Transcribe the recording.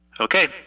Okay